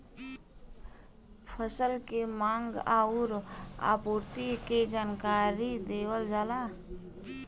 फसल के मांग आउर आपूर्ति के जानकारी देवल जाला